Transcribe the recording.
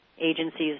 agencies